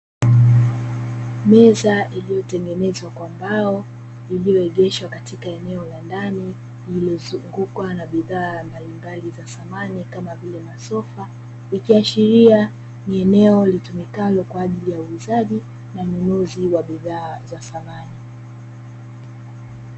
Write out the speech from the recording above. Meza iliyotengenezwa kwa mbao iliyoegeshwa katika eneo la ndani, lililo zungukwa na bidhaa mbalimbali za samani kama vile masofa, ikiashiria ni eneo litumikalo kwaajili ya uuzaji na ununuzi wa bidhaa za samani.